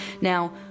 Now